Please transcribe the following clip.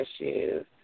issues